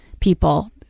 people